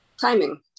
Timing